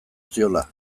ziola